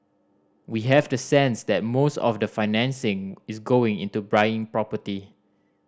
we have the sense that most of the financing is going into buying property